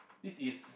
this is